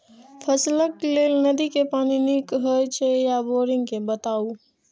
फसलक लेल नदी के पानी नीक हे छै या बोरिंग के बताऊ?